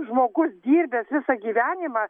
žmogus dirbęs visą gyvenimą